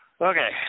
Okay